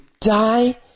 die